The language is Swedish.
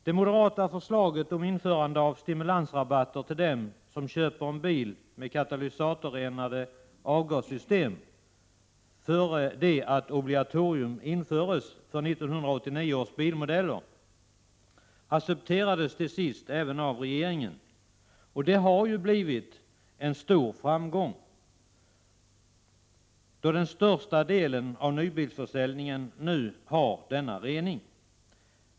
Det moderata förslaget om införande av stimulansrabatter till dem som köper en bil med katalysatorrenande avgassystem före det att obligatorium införs för 1989 års bilmodeller accepterades till sist även av regeringen. Det har blivit en stor framgång, då den största delen av nybilsförsäljningen nu har denna rening.